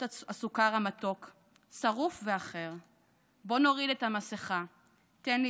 הסוכר המתוק / שרוף ואחר / בוא נוריד את המסכה / תן לי